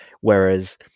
whereas